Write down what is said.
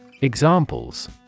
Examples